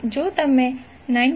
જો તમે 9